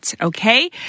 Okay